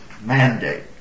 mandate